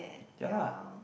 ya lah